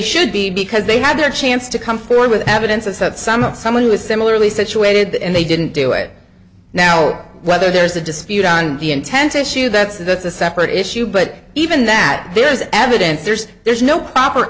should be because they had their chance to come forward with evidence that some not someone who is similarly situated and they didn't do it now whether there's a dispute on the intent issue that's that's a separate issue but even that there is evidence there's there's no proper